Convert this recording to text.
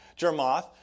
Jermoth